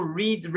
read